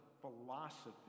philosophy